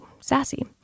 sassy